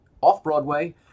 Off-Broadway